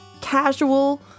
casual